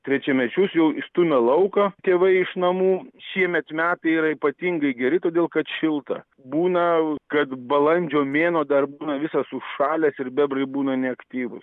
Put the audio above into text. trečiamečius jau išstumia lauk tėvai iš namų šiemet metai yra ypatingai geri todėl kad šilta būna kad balandžio mėnuo dar būna visas užšalęs ir bebrai būna neaktyvūs